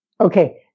Okay